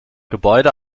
gebäude